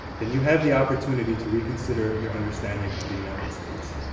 then you have the opportunity to reconsider your understanding of the united states.